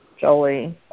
Jolie